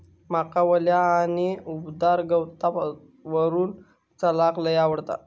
माका वल्या आणि उबदार गवतावरून चलाक लय आवडता